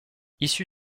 issu